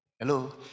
Hello